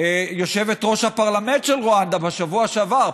יושבת-ראש הפרלמנט של רואנדה בשבוע שעבר,